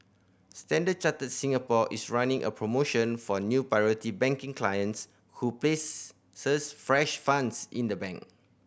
Standard Chartered Singapore is running a promotion for new Priority Banking clients who places fresh funds in the bank